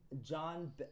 John